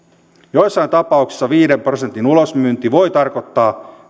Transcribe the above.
joissain tapauksissa viiden prosentin ulosmyynti voi tarkoittaa